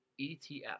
ETF